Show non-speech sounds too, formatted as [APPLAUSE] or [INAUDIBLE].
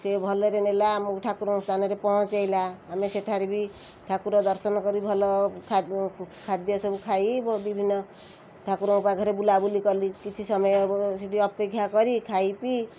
ସିଏ ଭଲରେ ନେଲା ଆମକୁ ଠାକୁରଙ୍କ ସ୍ଥାନରେ ପହଞ୍ଚାଇଲା ଆମେ ସେଠାରେ ବି ଠାକୁର ଦର୍ଶନ କରି ଭଲ ଖାଦ୍ୟ ସବୁ ଖାଇ [UNINTELLIGIBLE] ଠାକୁରଙ୍କ ପାଖରେ ବୁଲାବୁଲି କଲି କିଛି ସମୟ ଏବଂ ସେଇଠି ଅପେକ୍ଷା କରି ଖାଇ ପିଇ